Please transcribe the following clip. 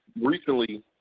recently